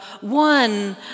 one